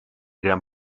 gran